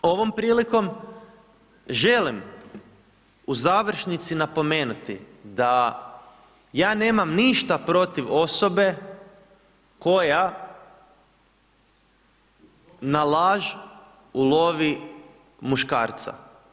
Ovom prilikom želim u završnici napomenuti da ja nemam ništa protiv osobe koja na laž ulovi muškarca.